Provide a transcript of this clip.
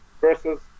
versus